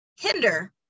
hinder